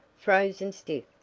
frozen stiff,